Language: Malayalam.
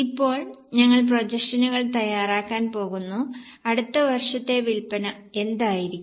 ഇപ്പോൾ ഞങ്ങൾ പ്രൊജക്ഷനുകൾ തയ്യാറാക്കാൻ പോകുന്നു അടുത്ത വർഷത്തെ വിൽപ്പന എന്തായിരിക്കും